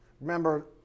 Remember